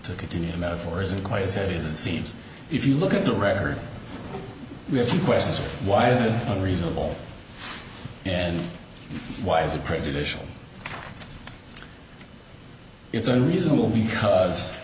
to continue the metaphor isn't quite as it is it seems if you look at the record we have to question why is it unreasonable and why is it prejudicial it's unreasonable because